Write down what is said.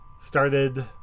started